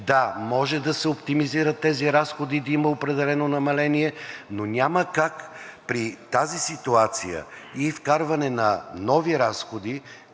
да може да се оптимизират тези разходи – да има определено намаление, но няма как при тази ситуация и вкарване на нови разходи,